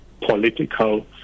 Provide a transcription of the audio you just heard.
political